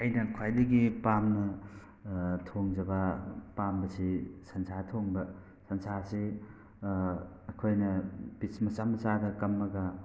ꯑꯩꯅ ꯈ꯭ꯋꯥꯏꯗꯒꯤ ꯄꯥꯝꯅ ꯊꯣꯡꯖꯕ ꯑꯄꯥꯝꯕꯁꯤ ꯁꯟꯁꯥ ꯊꯣꯡꯕ ꯁꯟꯁꯥꯁꯤ ꯑꯩꯈꯣꯏꯅ ꯄꯤꯁ ꯃꯆꯥ ꯃꯆꯥꯗ ꯀꯝꯃꯒ